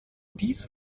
dies